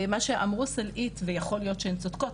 מה שאמרו סלעית ויכול להיות שהן צודקות,